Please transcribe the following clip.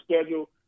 schedule